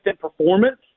performance